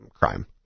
Crime